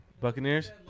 Buccaneers